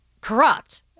corrupt